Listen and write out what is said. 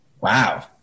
Wow